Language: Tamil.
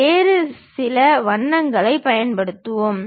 வேறு சில வண்ணங்களைப் பயன்படுத்துவோம்